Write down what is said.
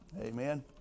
Amen